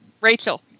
Rachel